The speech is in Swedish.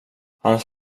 hans